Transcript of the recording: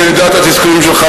כי אני יודע מה התסכולים שלך,